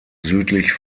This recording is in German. südlich